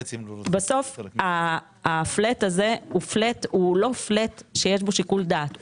בסוף הפלט הזה הוא לא פלט שיש בו שיקול דעת.